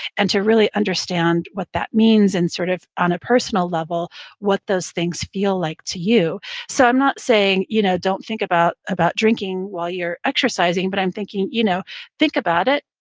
and to really understand what that means and sort of on a personal level what those things feel like to you so i'm not saying you know don't think about about drinking while you're exercising, but i'm thinking, you know think about it,